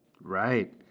Right